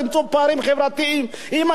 אם היתה משקיעה בתחום החינוך,